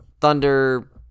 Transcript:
thunder